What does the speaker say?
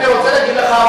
אני רוצה להגיד לך,